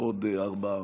עוד ארבעה.